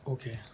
Okay